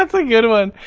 um a good one.